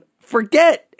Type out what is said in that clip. forget